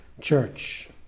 church